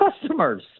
customers